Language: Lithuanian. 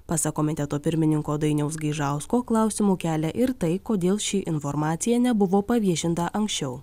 pasak komiteto pirmininko dainiaus gaižausko klausimų kelia ir tai kodėl ši informacija nebuvo paviešinta anksčiau